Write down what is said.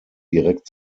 direkt